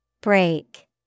Break